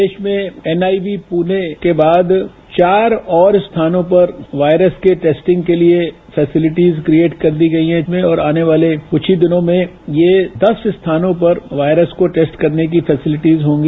देश में एनआईवी पूणे के बाद चार और स्थानों पर वायरस के टेस्टिंग के लिए फैसीलिटीज क्रिएट कर दी गई है और आने वाले कुछ ही दिनों में ये दस स्थानों पर वायरस को टेस्ट करने की फैसीलिटीज होगी